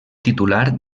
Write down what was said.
titular